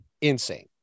insane